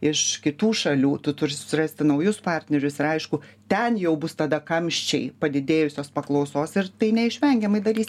iš kitų šalių tu turi susirasti naujus partnerius ir aišku ten jau bus tada kamščiai padidėjusios paklausos ir tai neišvengiamai darys